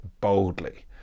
boldly